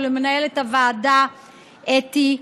ולמנהלת הוועדה אתי,